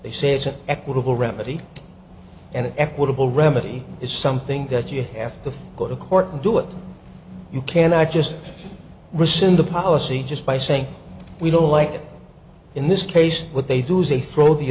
they say it's an equitable remedy and equitable remedy is something that you have to go to court to do it and you cannot just rescind the policy just by saying we don't like it in this case what they do is they throw the